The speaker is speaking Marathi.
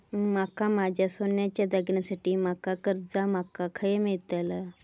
माका माझ्या सोन्याच्या दागिन्यांसाठी माका कर्जा माका खय मेळतल?